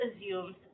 assumes